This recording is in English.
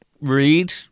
read